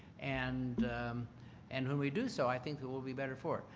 and and when we do so, i think that we'll be better for it.